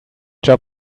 job